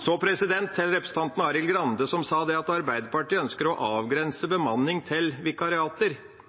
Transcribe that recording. Så til representanten Arild Grande, som sa at Arbeiderpartiet ønsker å avgrense bemanning til vikariater.